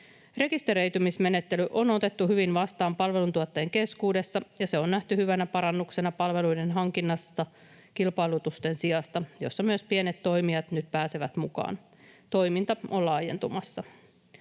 Rekisteröitymismenettely on otettu hyvin vastaan palveluntuottajien keskuudessa, ja se on nähty hyvänä parannuksena palveluiden hankinnassa kilpailutusten sijasta, kun myös pienet toimijat nyt pääsevät mukaan. Toiminta on laajentumassa.